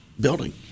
building